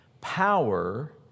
Power